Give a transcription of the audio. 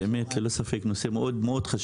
באמת ללא ספק הנושא חשוב מאוד.